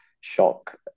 shock